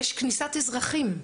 יש כניסת אזרחים,